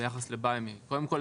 ביחס ל-Buy Me. קודם כל,